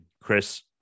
chris